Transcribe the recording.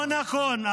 לא נכון.